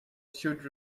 should